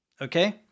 Okay